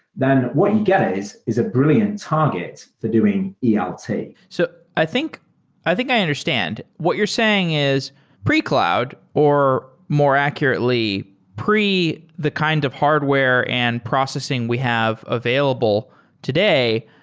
then what you get is, is a brilliant target for doing yeah ah elt. so i think i think i understand. what you're saying is pre-cloud, or more accurately, pre the kind of hardware and processing we have available today,